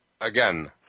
Again